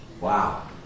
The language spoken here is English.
Wow